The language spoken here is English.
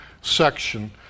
section